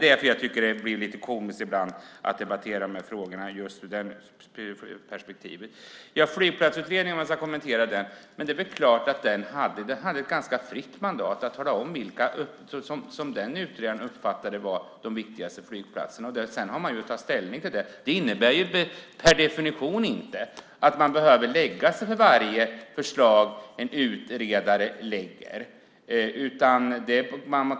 Det blir lite komiskt ibland att debattera de här frågorna i det perspektivet. Jag vill kommentera Flygplatsutredningen. Den hade ett ganska fritt mandat att tala om vilka som var de viktigaste flygplatserna, som den utredaren uppfattade det. Sedan har man att ta ställning till detta. Det innebär inte per definition att man behöver lägga sig för varje förslag en utredare lägger fram.